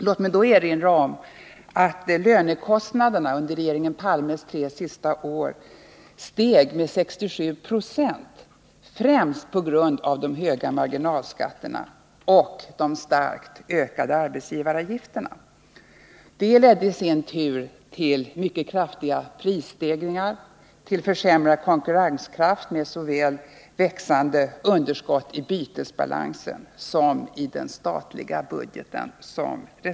Låt mig då erinra om att lönekostnaderna under regeringen Palmes tre sista år steg med 67 90 främst på grund av de höga marginalskatterna och de starkt ökade arbetsgivaravgifterna. Detta ledde i sin tur till mycket kraftiga prisstegringar och till försämrad konkurrenskraft, vilket resulterade i ett växande underskott såväl i bytesbalansen som i den statliga budgeten.